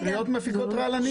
פטריות מפיקות רעל.